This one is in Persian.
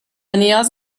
نیاز